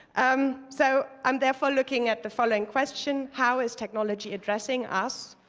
um so i'm therefore looking at the following question how is technology addressing us?